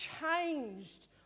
changed